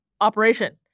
operation